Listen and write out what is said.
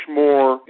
more